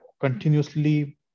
continuously